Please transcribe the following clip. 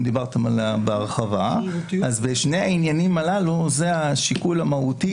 דיברתם עליה בהרחבה בשני העניינים הללו זה השיקול המהותי